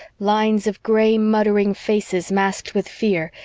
lines of gray, muttering faces, masked with fear,